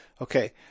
Okay